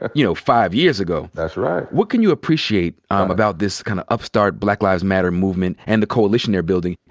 ah you know, five years ago. that's right. what can you appreciate about this kinda kind of upstart, black lives matter movement and the coalition they're building?